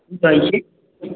की कहै छी